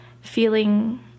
feeling